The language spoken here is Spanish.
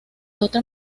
otra